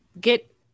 get